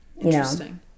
Interesting